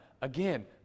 again